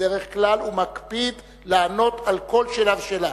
ובדרך כלל הוא מקפיד לענות על כל שאלה ושאלה.